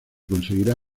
conseguirá